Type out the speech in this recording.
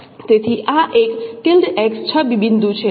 તેથી આ એક છબી બિંદુ છે